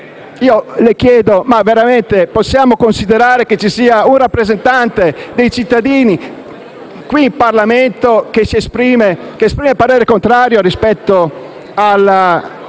possiamo considerare che veramente ci sia un rappresentante dei cittadini qui in Parlamento che esprima parere contrario rispetto al